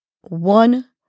one